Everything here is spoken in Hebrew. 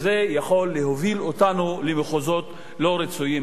וזה יכול להוביל אותנו למחוזות לא רצויים בכלל.